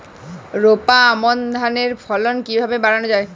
রোপা আমন ধানের ফলন কিভাবে বাড়ানো যায়?